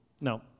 No